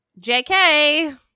JK